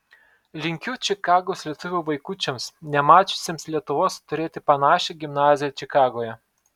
linkiu čikagos lietuvių vaikučiams nemačiusiems lietuvos turėti panašią gimnaziją čikagoje